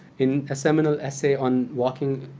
in a seminal essay on walking,